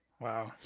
Wow